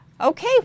Okay